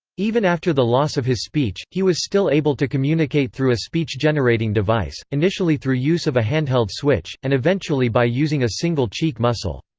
even after the loss of his speech, he was still able to communicate through a speech-generating device, initially through use of a hand-held switch, and eventually by using a single cheek muscle.